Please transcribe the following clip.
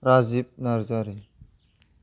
Rajib Narzary